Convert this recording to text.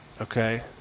okay